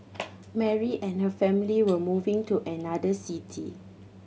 Mary and her family were moving to another city